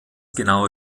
genaue